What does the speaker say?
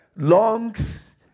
Lungs